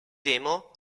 demo